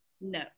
No